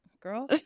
girl